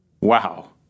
Wow